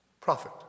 Prophet